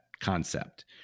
concept